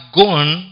gone